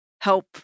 help